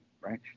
right